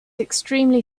extremely